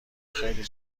خیلی